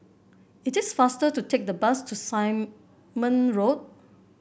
it is faster to take the bus to Simon Road